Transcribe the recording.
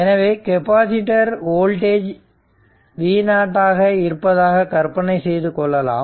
எனவே capacitor voltage v0 ஆக இருப்பதாக கற்பனை செய்து கொள்ளலாம்